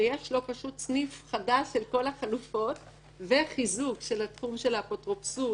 שיש לו סניף חדש של כל החלופות וחיזוק של התחום של האפוטרופסות,